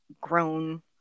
grown –